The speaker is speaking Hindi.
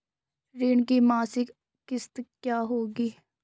ऋण की मासिक किश्त क्या होगी?